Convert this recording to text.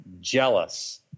jealous